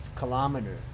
kilometer